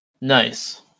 Nice